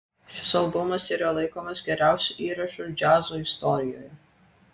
šis albumas yra laikomas geriausiu įrašu džiazo istorijoje